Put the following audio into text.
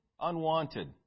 unwanted